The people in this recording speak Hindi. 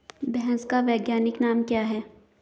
भैंस का वैज्ञानिक नाम क्या है?